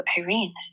Irene